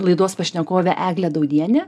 laidos pašnekove egle dauniene